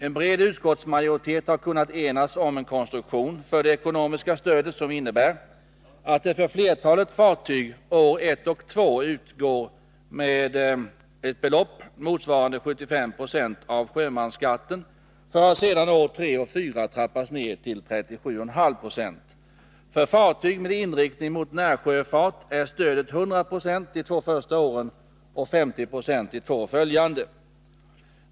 En bred utskottsmajoritet har kunnat enats om en konstruktion för det ekonomiska stödet som innebär att det för flertalet fartyg år 1 och 2 utgår med ett belopp motsvarande 75 96 av sjömansskatten för att sedan år 3 och 4 trappas ned till 37,5 20. För fartyg med inriktning mot närsjöfart är stödet 100 26 de två första åren och 50 96 de två följande.